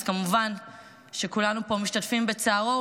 אז כמובן כולנו פה משתתפים בצערו,